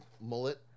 mullet